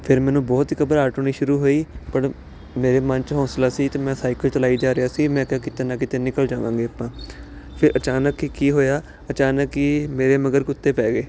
ਫਿਰ ਮੈਨੂੰ ਬਹੁਤ ਹੀ ਘਬਰਾਹਟ ਹੋਣੀ ਸ਼ੁਰੂ ਹੋਈ ਪਰ ਮੇਰੇ ਮਨ 'ਚ ਹੌਸਲਾ ਸੀ ਅਤੇ ਮੈਂ ਸਾਈਕਲ ਚਲਾਈ ਜਾ ਰਿਹਾ ਸੀ ਮੈਂ ਕਿਹਾ ਕਿਤੇ ਨਾ ਕਿਤੇ ਨਿਕਲ ਜਾਵਾਂਗੇ ਆਪਾਂ ਫਿਰ ਅਚਾਨਕ ਕਿ ਕੀ ਹੋਇਆ ਅਚਾਨਕ ਹੀ ਮੇਰੇ ਮਗਰ ਕੁੱਤੇ ਪੈ ਗਏ